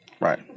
right